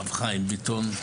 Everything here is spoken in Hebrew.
רב חיים ביטון,